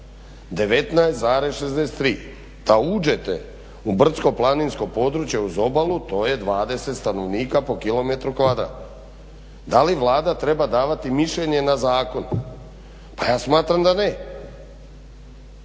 19,63. Da uđete u brdsko-planinsko područje uz obalu to je 20 stanovnika po km kvadratnom. Da li Vlada treba davati mišljenje na zakon? Pa ja smatram da ne.